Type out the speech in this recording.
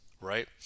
right